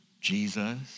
Jesus